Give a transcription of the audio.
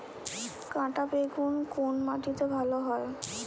কাঁটা বেগুন কোন মাটিতে ভালো হয়?